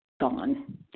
gone